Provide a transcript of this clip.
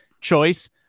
choice